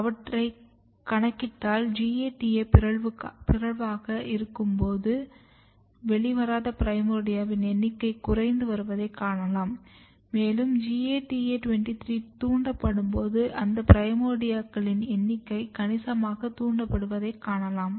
அவற்றை கணக்கிட்டால் GATA23 பிறழ்வாக இருக்கும்போது வெளிவராத பிரைமோர்டியல் எண்ணிக்கை குறைந்து வருவதைக் காணலாம் மேலும் GATA23 தூண்டப்படும்போது அந்த பிரைமார்டியாக்கள் எண்ணிக்கை கணிசமாக தூண்டப்படுவதைக் காணலாம்